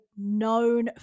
known